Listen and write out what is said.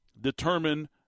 determine